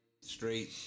straight